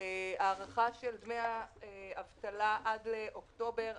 הארכה של דמי האבטלה עד לאוקטובר,